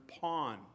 pawn